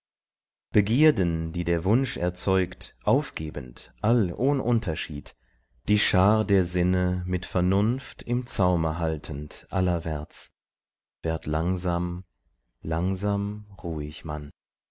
begierden die der wunsch erzeugt aufgebend all ohn unterschied die schar der sinne mit vernunft im zaume haltend allerwärts werd langsam langsam ruhig man